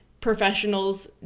professionals